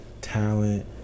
talent